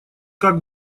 как